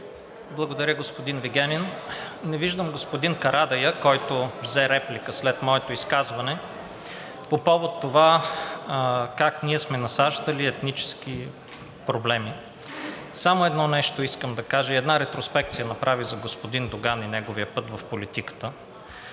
Благодаря, господин Вигенин. Не виждам господин Карадайъ, който взе реплика след моето изказване по повод това как ние сме насаждали етнически проблеми. Само едно нещо искам да кажа и една ретроспекцияда да направя за господин Доган и неговия път в политиката.